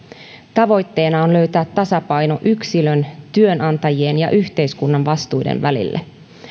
tavoitteena on löytää tasapaino yksilön työnantajien ja yhteiskunnan vastuiden välille